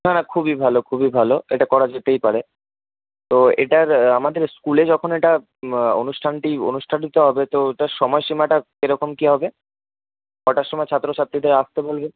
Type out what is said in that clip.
না না খুবই ভালো খুবই ভালো এটা করা যেতেই পারে তো এটার আমাদের স্কুলে যখন এটা অনুষ্ঠানটি অনুষ্ঠিত হবে তখন সময়সীমাটা কীরকম হবে কটার সময় ছাত্রছাত্রীদের আসতে বলবেন